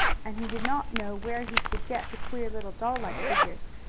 and he did not know where he could get the queer little doll-like figures.